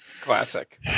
classic